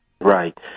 Right